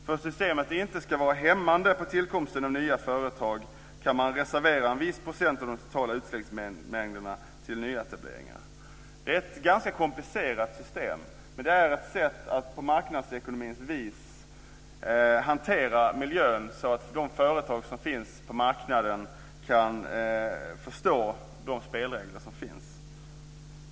För att systemet inte ska vara hämmande på tillkomsten av nya företag kan man reservera en viss procent av de totala utsläppsmängderna till nyetableringar. Det är ett ganska komplicerat system, men det är ett sätt att på marknadsekonomins vis hantera miljön så att de företag som finns på marknaden kan förstå spelreglerna.